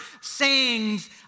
sayings